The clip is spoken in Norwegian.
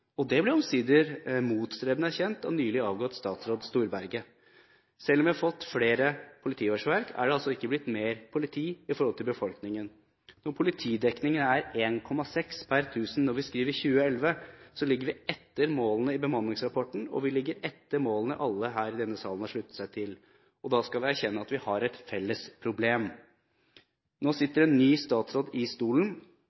og det ble omsider motstrebende erkjent av nylig avgåtte statsråd Storberget. Selv om vi har fått flere politiårsverk, er det ikke blitt mer politi i forhold til befolkningen. Når politidekningen er 1,6 per 1 000 når vi skriver 2011, ligger vi etter målene i bemanningsrapporten, og vi ligger etter målene alle i denne salen har sluttet seg til. Da synes jeg vi skal erkjenne at vi har et felles problem. Nå